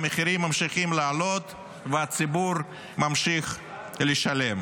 המחירים ממשיכים לעלות והציבור ממשיך לשלם.